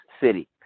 city